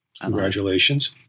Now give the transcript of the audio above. Congratulations